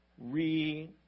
re-